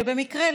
שבמקרה,